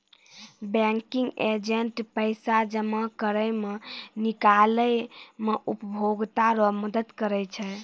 banking agent पैसा जमा करै मे, निकालै मे उपभोकता रो मदद करै छै